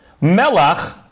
Melach